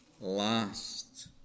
last